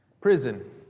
Prison